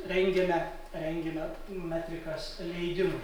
rengiame rengiame metikas leidimui